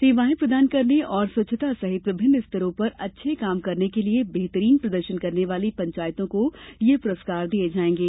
सेवाएं प्रदान करने और स्वच्छता सहित विभिन्न स्तरों पर अच्छे काम के लिए बेहतरीन प्रदर्शन करने वाली पंचायतों को ये पुरस्कार दिये जायेंगे